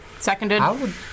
Seconded